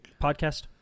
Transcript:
podcast